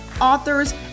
authors